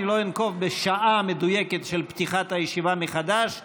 אני לא אנקוב בשעה המדויקת של פתיחת הישיבה מחדש.